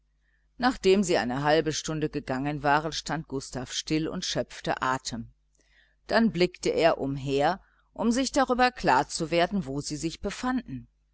nachdem sie eine halbe stunde gegangen waren stand gustav still und schöpfte atem dann blickte er umher um sich darüber klar zu werden wo sie sich befanden